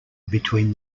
between